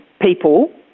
people